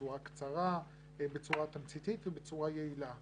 בצורה קצרה, בצורה תמציתית ובצורה יעילה.